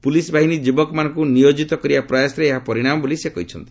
police ବାହିନୀ ଯୁବକମାନଙ୍କୁ ନିୟୋକିତ କରିବା ପ୍ରୟାସର ଏହା ପରିଣାମ ବୋଲି ସେ କହିଛନ୍ତି